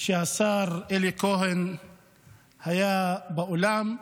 כשהשר אלי כהן היה באולם.